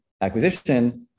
acquisition